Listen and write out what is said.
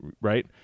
right